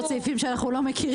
אנחנו מתחילים